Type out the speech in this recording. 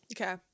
Okay